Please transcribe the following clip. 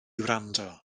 wrando